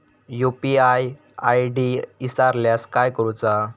UPI ID इसरल्यास काय करुचा?